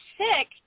sick